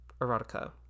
erotica